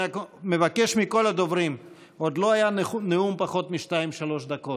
אני רק מבקש מכל הדוברים: עוד לא היה נאום של פחות משתיים-שלוש דקות,